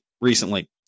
recently